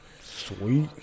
sweet